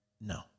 No